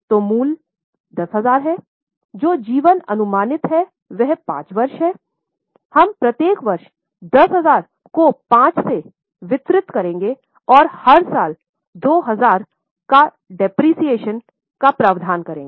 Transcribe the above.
तो मूल्य 10000 है जो जीवन अनुमानित है वह 5 वर्ष है हम प्रत्येक वर्ष 10000 को 5 से वितरित करेंगे और हर साल 2000 मूल्यह्रास का प्रावधान करेंगे